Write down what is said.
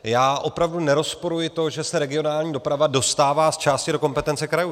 Já opravdu nerozporuji to, že se regionální doprava dostává zčásti do kompetence krajů.